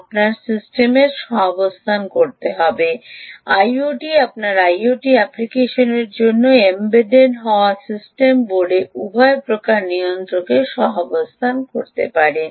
আপনাকে সিস্টেমের সহাবস্থান করতে হবে আইওটি আপনার আইওটি অ্যাপ্লিকেশনটির জন্য এম্বেড হওয়া সিস্টেম বোর্ডে উভয় প্রকার নিয়ন্ত্রকের সহাবস্থান করতে পারে